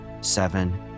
seven